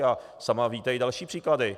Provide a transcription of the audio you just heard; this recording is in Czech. A sama víte i další příklady.